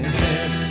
head